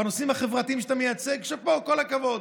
בנושאים החברתיים שאתה מייצג, שאפו, כל הכבוד.